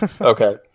Okay